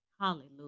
Hallelujah